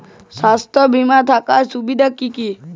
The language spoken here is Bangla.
স্বাস্থ্য বিমা থাকার সুবিধা কী কী?